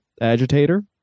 agitator